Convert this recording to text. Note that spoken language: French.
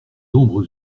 ombres